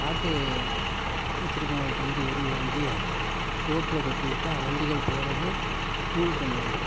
ஆட்டு வச்சுருக்குறவங்கள்டேருந்து எருவு வாங்கி ரோட்டில் கொட்டிவிட்டா வண்டிகள் போகறது தூள் பண்ணிவிடும்